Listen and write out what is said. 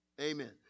Amen